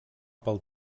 pel